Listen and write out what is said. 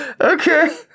Okay